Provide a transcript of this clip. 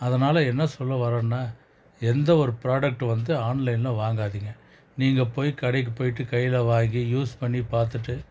அதனால் என்ன சொல்ல வரேன்னா எந்த ஒரு ப்ராடக்டும் வந்து ஆன்லைனில் வாங்காதீங்க நீங்கள் போய் கடைக்கு போய்ட்டு கையில் வாங்கி யூஸ் பண்ணி பார்த்துட்டு